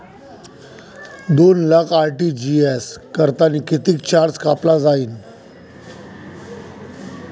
दोन लाख आर.टी.जी.एस करतांनी कितीक चार्ज कापला जाईन?